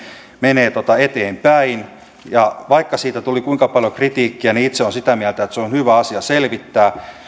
menee eteenpäin vaikka siitä tuli kuinka paljon kritiikkiä niin itse olen sitä mieltä että se on on hyvä asia selvittää